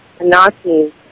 Nazis